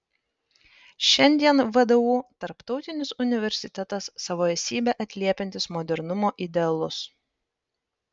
šiandien vdu tarptautinis universitetas savo esybe atliepiantis modernumo idealus